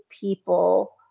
people